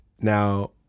Now